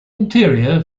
interior